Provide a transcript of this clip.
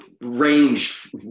ranged